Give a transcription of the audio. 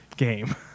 game